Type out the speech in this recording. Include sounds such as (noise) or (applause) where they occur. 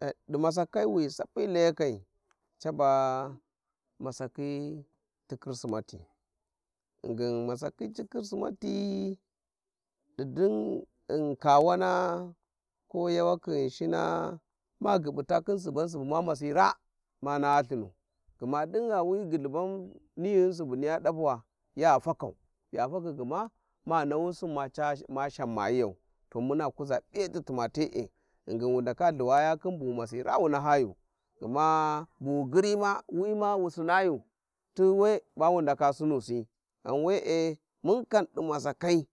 ﻿Ai di masakai wi sapyi layakai caba masakhi ti kristimatı, ghingin masakhi ti krismati di din kawana, ko yawa thi ghinshina ma gyibita khin suban subu ma masi raa ma naha lthinu gma din gha wi gulhuban nighum subuniya dapuwa ya fakau, ya fakhi gma ma nahusin ma cash ma shama yiyau to mung kuza p'iyati tuma tere ghingin wundaka ubuwayau khin bu wu masi raa wu nahayu, (noise) bu wu gyiri ma wi ma wu sinayu tu we ba wu ndaka sinusı ghan we'e mun kam di masakai